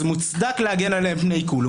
אז מוצדק להגן עליהם מפני עיקול.